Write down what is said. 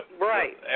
Right